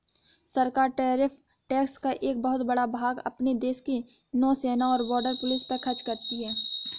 सरकार tariff tax का एक बहुत बड़ा भाग अपने देश के नौसेना और बॉर्डर पुलिस पर खर्च करती हैं